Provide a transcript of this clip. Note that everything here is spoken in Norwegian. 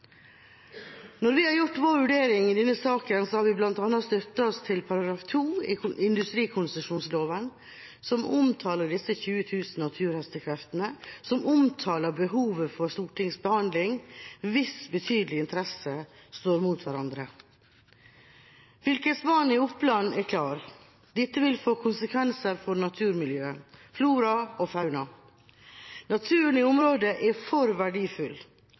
Når vi har gjort vår vurdering i denne saken, har vi bl.a. støttet oss til § 2 i industrikonsesjonsloven, som omtaler disse 20 000 naturhestekreftene, og som omtaler behovet for stortingsbehandling hvis betydelige interesser står mot hverandre. Fylkesmannen i Oppland er klar – dette vil få konsekvenser for naturmiljø, flora og fauna. Naturen i området er for verdifull,